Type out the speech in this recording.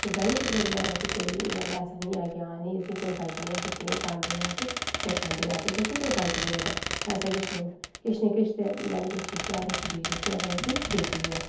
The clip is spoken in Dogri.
ते बैनीफिट दे बगैर ऐसा कोई मतलब निं ऐ कि हां असें ई कोई फायदा निं ऐ अस सुक्के इ'नें ई पालदे जा दे ते अस खंदे जा दे ते असें ई कोई फायदा निं होआ दा ऐसा किश निं होंदा किश ना किश ति बैनीफिट ते जेह्की हर इक चीज़ जेह्की ऐ ओह् उसी दिंदी ऐ